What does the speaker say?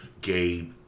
gay